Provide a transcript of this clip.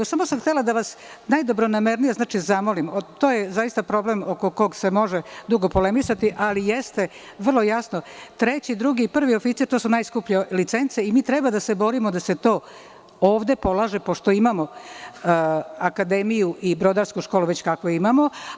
Htela sam da vas najdobronamernije zamolim, to je problem oko koga se može dugo polemisati, ali jeste vrlo jasno da treći, drugi i prvi oficir su najskuplje licence i mi treba da se borimo da se to ovde polaže, pošto imamo Akademiju i brodarsku školu već kakvu imamo.